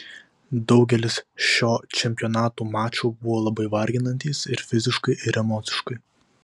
daugelis šio čempionato mačų buvo labai varginantys ir fiziškai ir emociškai